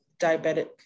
diabetic